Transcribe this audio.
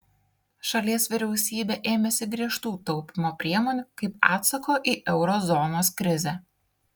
šalies vyriausybė ėmėsi griežtų taupymo priemonių kaip atsako į euro zonos krizę